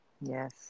yes